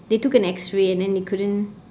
they took an X-ray and then they couldn't